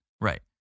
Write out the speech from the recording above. Right